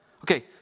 Okay